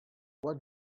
what